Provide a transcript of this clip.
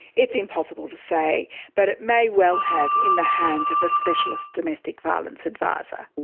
it's impossible to say, but it may well have in the hands of a specialist domestic violence adviser.